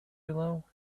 below